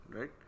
right